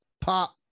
pop